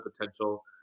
potential